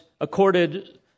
accorded